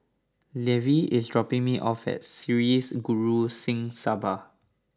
Levi is dropping me off at Sri Guru Singh Sabha